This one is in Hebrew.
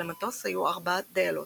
על המטוס היו ארבעה דיילות,